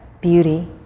beauty